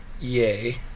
Yay